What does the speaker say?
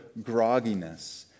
grogginess